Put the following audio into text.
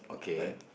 like